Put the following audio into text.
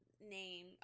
name